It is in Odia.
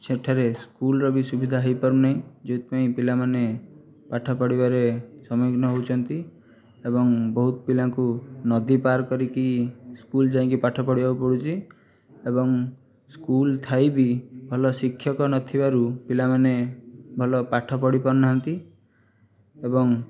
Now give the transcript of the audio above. ସେଠାରେ ସ୍କୁଲ୍ର ବି ସୁବିଧା ହୋଇପାରୁନାଇଁ ଯେଉଁଥିପାଇଁ ପିଲାମାନେ ପାଠପଢ଼ିବାରେ ସମ୍ମୁଖୀନ ହେଉଛନ୍ତି ଏବଂ ବହୁତ ପିଲାଙ୍କୁ ନଦୀ ପାର କରିକି ସ୍କୁଲ୍ ଯାଇକି ପାଠ ପଢ଼ିବାକୁ ପଡ଼ୁଛି ଏବଂ ସ୍କୁଲ୍ ଥାଇ ବି ଭଲ ଶିକ୍ଷକ ନଥିବାରୁ ପିଲାମାନେ ଭଲ ପାଠ ପଢ଼ିପାରୁନାହାନ୍ତି ଏବଂ